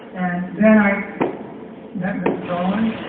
then, i met mrs. owen,